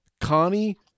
Connie